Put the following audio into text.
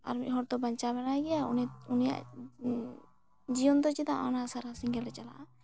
ᱟᱭᱤᱡ ᱦᱚᱲᱛᱚ ᱵᱟᱧᱪᱟᱣ ᱢᱮᱱᱟᱜ ᱜᱮᱭᱟ ᱩᱱᱤᱭᱟ ᱡᱤᱭᱚᱱ ᱫᱚ ᱪᱮᱫᱟ ᱥᱟᱨᱟ ᱥᱮᱸᱜᱮᱞᱮ ᱪᱟᱞᱟᱜᱼᱟ